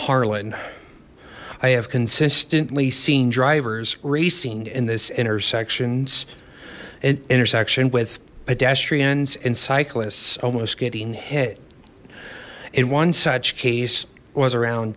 harlan i have consistently seen drivers racing in this intersections an intersection with pedestrians and cyclists almost getting hit in one such case was around